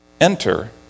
Enter